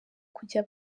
kujya